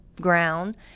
ground